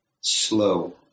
slow